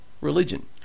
religion